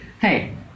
hey